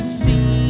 see